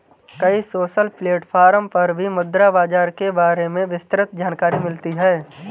कई social platform पर भी मुद्रा बाजार के बारे में विस्तृत जानकरी मिलती है